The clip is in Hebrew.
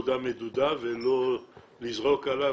--- זה הזמן שיטילו על מנהל העבודה עבודה מדודה ולא לזרוק עליו,